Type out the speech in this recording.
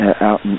out